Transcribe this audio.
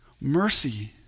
mercy